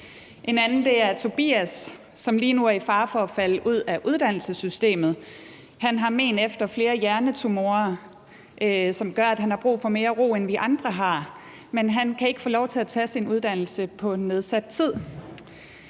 En anden er Tobias, som lige nu er i fare for at falde ud af uddannelsessystemet. Han har men efter flere hjernetumorer, som gør, at han har brug for mere ro, end vi andre har, men han kan ikke få lov til at tage sin uddannelse på nedsat tid.